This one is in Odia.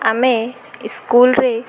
ଆମେ ସ୍କୁଲରେ